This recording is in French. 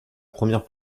première